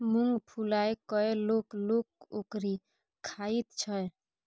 मुँग फुलाए कय लोक लोक ओकरी खाइत छै